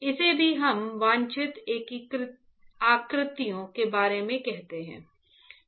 इसे ही हम वांछित आकृतियों के बारे में कहते हैं